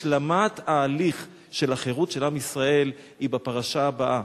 השלמת ההליך של החירות של עם ישראל היא בפרשה הבאה,